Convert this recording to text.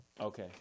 Okay